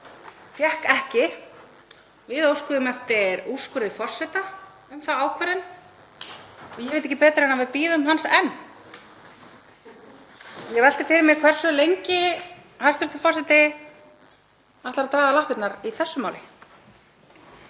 fékk ekki. Við óskuðum eftir úrskurði forseta um þá ákvörðun og ég veit ekki betur en að við bíðum hans enn. Ég velti fyrir mér hversu lengi hæstv. forseti ætlar að draga lappirnar í þessu máli.